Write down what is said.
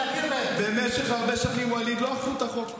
שנים, ואליד, לא אכפו את החוק.